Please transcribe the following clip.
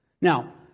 Now